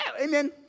amen